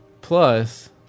Plus